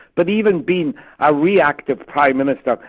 but even being a reactive prime minister,